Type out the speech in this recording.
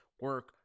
Work